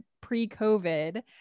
pre-COVID